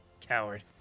Coward